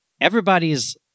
Everybody's